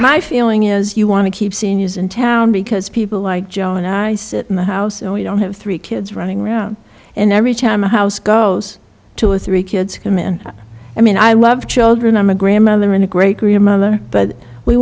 my feeling is you want we keep seniors in town because people like joe and i sit in the house and we don't have three kids running around and every time a house goes two or three kids came in i mean i love children i'm a grandmother and a great grandmother but we